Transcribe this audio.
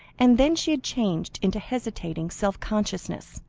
and then she had changed into hesitating self-consciousness,